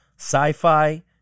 sci-fi